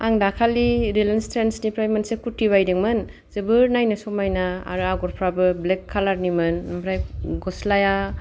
आं दाखालि Reliance Trends निफ्राय मोनसे कुर्ति बायदोंमोन जोबोर नायनो समायना आरो आगरफ्राबो ब्लेक कालार निमोन ओमफ्राय गस्लाया